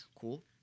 Cool